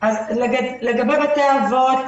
אז לגבי בתי האבות